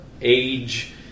age